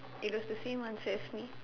it was the same answer as me